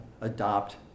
adopt